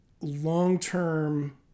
long-term